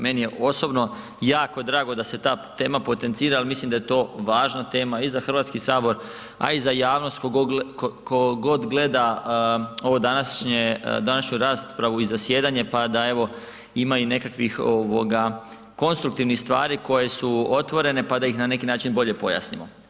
Meni je osobno jako drago da se ta tema potencira, ali mislim da je to važna tema i za Hrvatski sabor, a i za javnost tko god gleda ovu današnju raspravu i zasjedanje pa da ima nekakvih konstruktivnih stvari koje su otvorene pa da ih na neki način bolje pojasnimo.